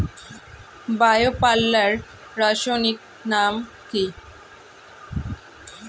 Bio পাল্লার রাসায়নিক নাম কি?